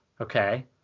okay